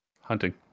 Hunting